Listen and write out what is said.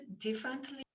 differently